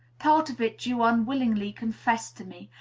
part of it you unwillingly confessed to me,